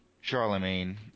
Charlemagne